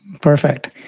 Perfect